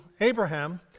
Abraham